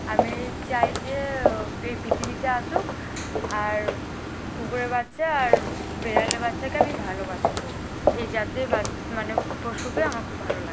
আমি চাই যে এই পৃথিবীতে আসুক আর কুকুরের বাচ্চা আর বেড়ালের বাচ্চাকে আমি ভালোবাসি খুব এই জাতের বাচ মানে পশুকে আমার খুব ভালো লাগে